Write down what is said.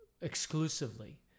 exclusively